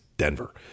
Denver